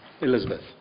Elizabeth